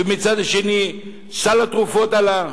ומצד שני סל התרופות עלה.